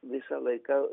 visą laiką